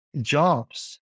jobs